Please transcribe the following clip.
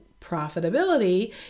profitability